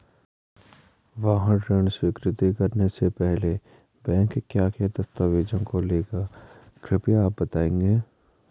वाहन ऋण स्वीकृति करने से पहले बैंक क्या क्या दस्तावेज़ों को लेगा कृपया आप बताएँगे?